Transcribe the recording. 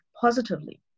positively